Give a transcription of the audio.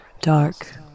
dark